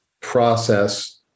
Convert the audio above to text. process